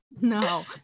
no